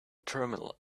terminal